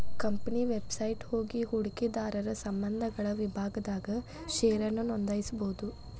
company website ಹೋಗಿ ಹೂಡಕಿದಾರರ ಸಂಬಂಧಗಳ ವಿಭಾಗದಾಗ ಷೇರನ್ನ ನೋಂದಾಯಿಸಬೋದು